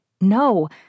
no